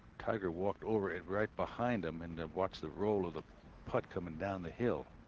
tiger walked over it right behind them. and what's the role of the putt coming down the hill.